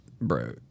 bro